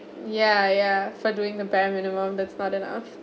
ya ya for doing the bare minimum that's not enough